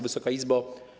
Wysoka Izbo!